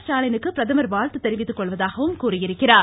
ஸ்டாலினுக்கு பிரதமர் வாழ்த்து தெரிவித்துக்கொள்வதாகவும் கூறியுள்ளார்